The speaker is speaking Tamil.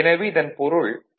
எனவே இதன் பொருள் அவுட்புட் x